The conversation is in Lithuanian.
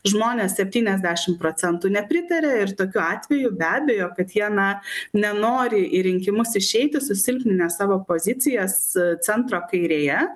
žmonės septyniasdešimt procentų nepritaria ir tokiu atveju be abejo kad jie na nenori į rinkimus išeiti susilpninę savo pozicijas centro kairėje